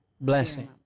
blessing